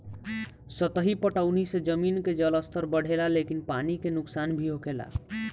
सतही पटौनी से जमीन के जलस्तर बढ़ेला लेकिन पानी के नुकसान भी होखेला